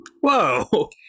Whoa